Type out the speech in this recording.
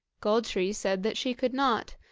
gold-tree said that she could not,